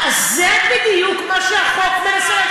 אז זה בדיוק מה שהחוק מנסה,